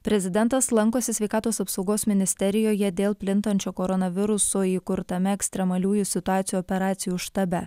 prezidentas lankosi sveikatos apsaugos ministerijoje dėl plintančio koronaviruso įkurtame ekstremaliųjų situacijų operacijų štabe